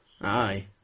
Aye